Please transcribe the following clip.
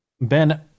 ben